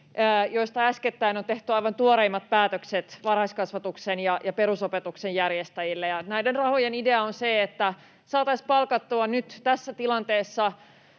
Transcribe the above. joista äskettäin on tehty aivan tuoreimmat päätökset varhaiskasvatuksen ja perusopetuksen järjestäjille. Ja näiden rahojen idea on se, että saataisiin palkattua nyt tässä tilanteessa